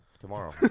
Tomorrow